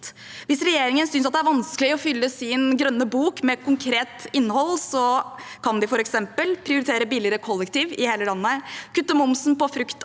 Hvis regjeringen synes at det er vanskelig å fylle Grønn bok med et konkret innhold, kan de f.eks. prioritere billigere kollektivtrafikk i hele landet, kutte momsen på frukt